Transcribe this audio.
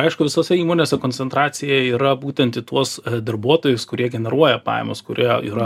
aišku visose įmonėse koncentracija yra būtent į tuos darbuotojus kurie generuoja pajamas kurie yra